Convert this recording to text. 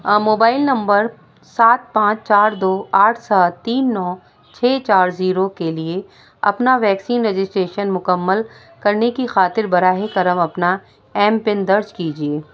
mobile number سات پانچ چار دو آٹھ سات تین نو چھ چار زیرو کے لیے اپنا ویکسین رجسٹریشن مکمل کرنے کی خاطر براہِ کرم اپنا ایم پن درج کیجیے